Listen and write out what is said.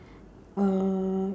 uh